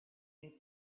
need